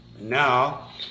Now